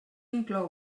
inclou